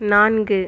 நான்கு